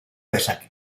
dezake